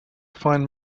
find